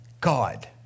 God